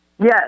Yes